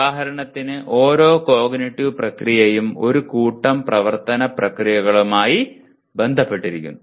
ഉദാഹരണത്തിന് ഓരോ കോഗ്നിറ്റീവ് പ്രക്രിയയും ഒരു കൂട്ടം പ്രവർത്തന ക്രിയകളുമായി ബന്ധപ്പെട്ടിരിക്കുന്നു